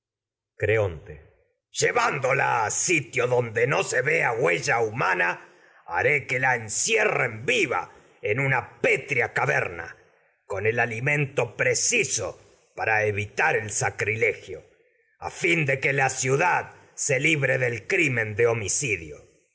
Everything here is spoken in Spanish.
creonte llevándola a sitio donde no se vea huella humana haré verna a que la encierren viva en una pétrea ca con el alimento preciso para evitar el sacrilegio la ciudad se fin de que vez libre del crimen de a homicidio